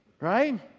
Right